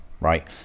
right